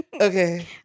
Okay